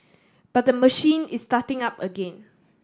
but the machine is starting up again